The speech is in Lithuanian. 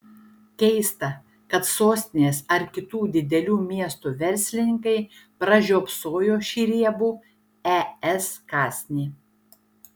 keista kad sostinės ar kitų didelių miestų verslininkai pražiopsojo šį riebų es kąsnį